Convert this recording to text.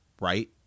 right